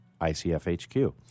ICFHQ